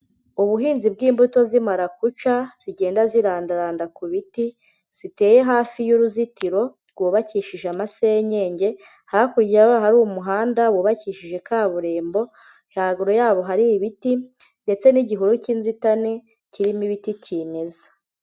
Ubuhinzi bw'imbuto za marakuja, zigenda zirandaranda ku biti, ziteye hafi y'uruzitiro rwubakishije amasenyenge, hakurya hari umuhanda wubakishije kaburimbo, haruguru yaho hari ibiti ndetse n'igihuru cy'inzitane kirimo ibiti kimeza.